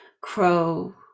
crow